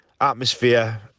atmosphere